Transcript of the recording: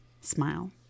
smile